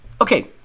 okay